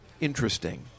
interesting